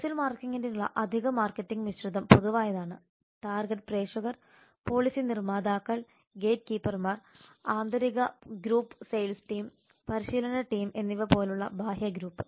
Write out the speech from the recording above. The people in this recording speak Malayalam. സോഷ്യൽ മാർക്കറ്റിംഗിനുള്ള അധിക മാർക്കറ്റിംഗ് മിശ്രിതം പൊതുവായതാണ് ടാർഗെറ്റ് പ്രേക്ഷകർ പോളിസി നിർമ്മാതാക്കൾ ഗേറ്റ്കീപ്പർമാർ ആന്തരിക ഗ്രൂപ്പ് സെയിൽസ് ടീം പരിശീലന ടീം എന്നിവ പോലുള്ള ബാഹ്യ ഗ്രൂപ്പ്